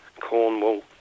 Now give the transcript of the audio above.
Cornwall